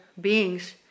beings